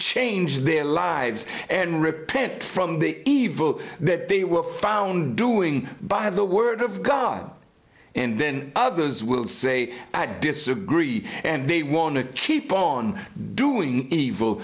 change their lives and repent from the evil that they were found doing by the word of god and then others will say i disagree and they want to keep on doing evil